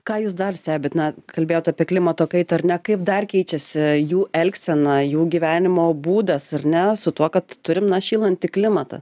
ką jūs dar stebit na kalbėjot apie klimato kaitą ar ne kaip dar keičiasi jų elgsena jų gyvenimo būdas ar ne su tuo kad turim na šylantį klimatą